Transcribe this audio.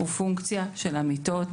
הוא פונקציה של המיטות